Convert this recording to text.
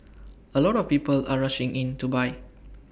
A lot of people are rushing in to buy